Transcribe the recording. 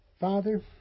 Father